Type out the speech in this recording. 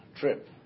trip